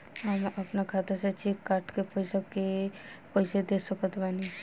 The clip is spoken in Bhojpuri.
हम अपना खाता से चेक काट के पैसा कोई के कैसे दे सकत बानी?